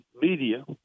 media